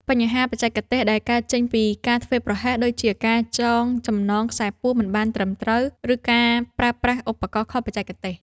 បញ្ហាបច្ចេកទេសដែលកើតចេញពីការធ្វេសប្រហែស ដូចជាការចងចំណងខ្សែពួរមិនបានត្រឹមត្រូវ ឬការប្រើប្រាស់ឧបករណ៍ខុសបច្ចេកទេស។